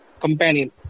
Companion